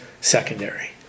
secondary